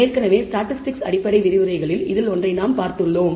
ஏற்கனவே ஸ்டாட்டிஸ்டிக்ஸ் அடிப்படை விரிவுரைகளில் இதில் ஒன்றை நாம் பார்த்தோம்